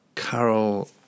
carol